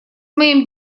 моим